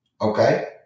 Okay